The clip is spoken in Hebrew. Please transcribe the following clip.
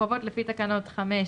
מחובות לפי תקנות 5,